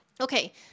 Okay